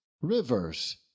Rivers